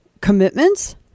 commitments